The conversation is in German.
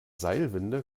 seilwinde